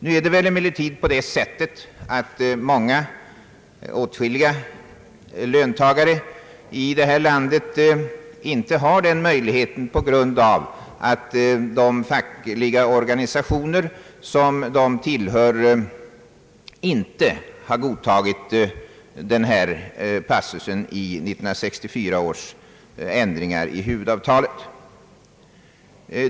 Många löntagare här i landet har emellertid inte denna möjlighet på grund av att de fackliga organisationer, som vederbörande tillhör, inte har godtagit denna passus i 1964 års ändringar i huvudavtalet.